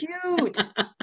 Cute